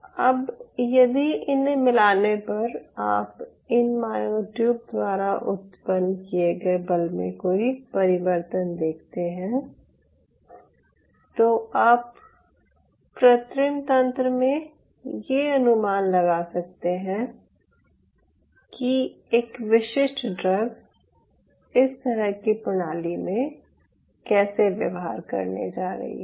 अब यदि इन्हे मिलाने पर आप इन मायोट्यूब द्वारा उत्पन्न किये गए बल में कोई परिवर्तन देखते हैं तो आप कृत्रिम तंत्र में ये अनुमान लगा सकते हैं कि एक विशिष्ट ड्रग इस तरह की प्रणाली में कैसे व्यवहार करने जा रही है